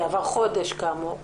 עבר חודש כאמור.